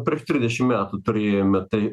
prieš trisdešimt metų turėjome tai